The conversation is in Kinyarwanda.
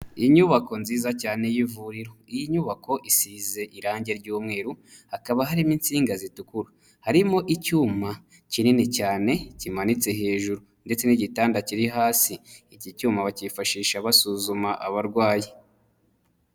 Inyubako nziza cyane y'ivuriro, iyi nyubako isize irangi ry'umweru, hakaba harimo insinga zitukura, harimo icyuma kinini cyane kimanitse hejuru ndetse n'igitanda kiri hasi, iki cyuma bakifashisha basuzuma abarwayi.